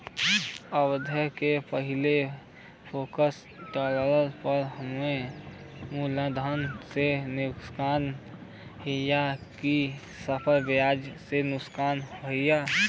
अवधि के पहिले फिक्स तोड़ले पर हम्मे मुलधन से नुकसान होयी की सिर्फ ब्याज से नुकसान होयी?